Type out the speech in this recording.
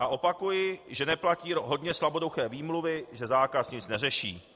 A opakuji, že neplatí hodně slaboduché výmluvy, že zákaz nic neřeší.